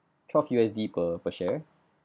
twelve U_S_D per per share